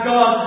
God